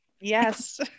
Yes